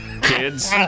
Kids